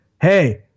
Hey